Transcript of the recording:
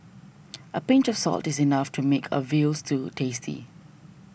a pinch of salt is enough to make a Veal Stew tasty